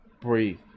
Breathe